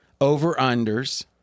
over-unders